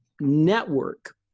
network